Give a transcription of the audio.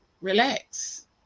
relax